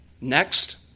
Next